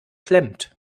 klemmt